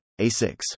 A6